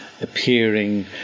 appearing